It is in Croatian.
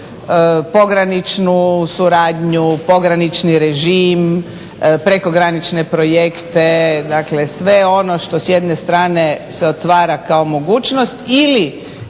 pograničnu suradnju, pogranični režim, prekogranične projekte. Dakle, sve ono što s jedne strane se otvara kao mogućnost ili